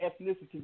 ethnicity